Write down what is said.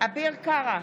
אביר קארה,